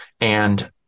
And-